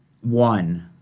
one